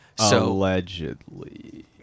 Allegedly